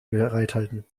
bereithalten